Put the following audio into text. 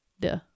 Duh